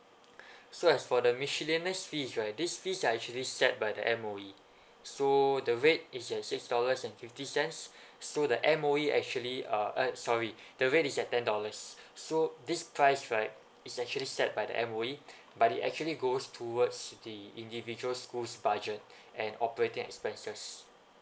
so as for the miscellaneous fees right this fees are actually set by the M_O_E so the rate is at six dollars and fifty cents so the M_O_E actually uh eh sorry the rate is at ten dollars so this price right it's actually set by the M_O_E but they actually goes towards the individual schools' budget and operating expenses